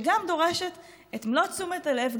שגם דורשת את מלוא תשומת הלב,